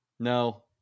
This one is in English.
No